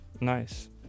Nice